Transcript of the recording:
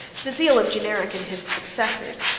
the zeal of generic and his successors,